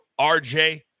RJ